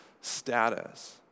status